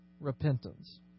repentance